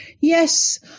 Yes